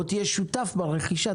או תהיה שותף ברכישה,